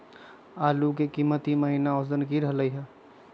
आलू के कीमत ई महिना औसत की रहलई ह?